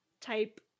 type